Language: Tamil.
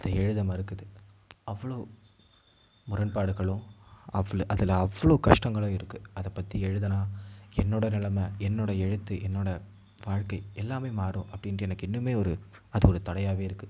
அதை எழுத மறுக்குது அவ்வளோ முரண்பாடுகளும் அவ்வள அதில் அவ்வளோ கஷ்டங்களும் இருக்குது அதை பற்றி எழுதலாம் என்னோடய நிலம என்னோடய எழுத்து என்னோடய வாழ்க்கை எல்லாமே மாறும் அப்படின்ட்டு எனக்கு இன்னுமே ஒரு அது ஒரு தடையாகவே இருக்குது